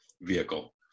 vehicle